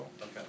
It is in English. okay